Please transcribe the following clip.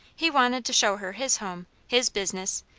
he wanted to show her his home, his business,